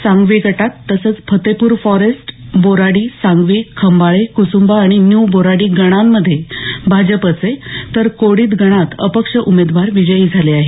सांगवी गटात तसंच फत्तेपूर फॉरेस्ट बोराडीसांगवीखंबाळे कुसुंबा आणि न्यू बोराडी गणांमध्ये भाजपचे तर कोडीद गणात अपक्ष उमेदवार विजयी झाले आहेत